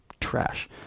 trash